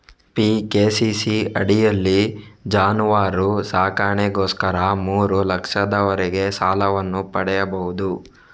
PKCC ಅಡಿಯಲ್ಲಿ ಜಾನುವಾರು ಸಾಕಣೆಗೋಸ್ಕರ ಮೂರು ಲಕ್ಷದವರೆಗೆ ಸಾಲವನ್ನು ಪಡೆಯಬಹುದು